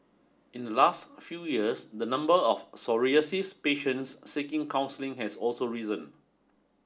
in the last few years the number of psoriasis patients seeking counselling has also risen